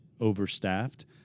overstaffed